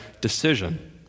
decision